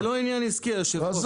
זה לא עניין עסקי היושב ראש,